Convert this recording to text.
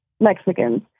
Mexicans